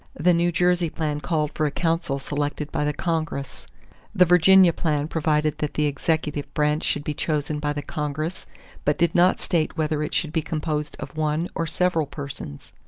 the new jersey plan called for a council selected by the congress the virginia plan provided that the executive branch should be chosen by the congress but did not state whether it should be composed of one or several persons.